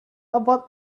about